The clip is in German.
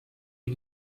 die